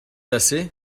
assez